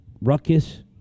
Ruckus